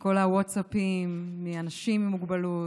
את כל הווטסאפים מאנשים עם מוגבלות,